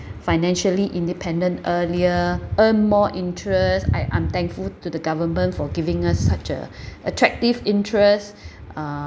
financially independent earlier earn more interest I I'm thankful to the government for giving us such a attractive interest uh